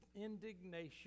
indignation